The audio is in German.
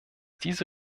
diese